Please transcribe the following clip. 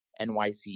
NYC